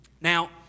Now